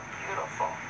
beautiful